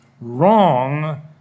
Wrong